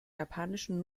japanischen